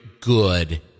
good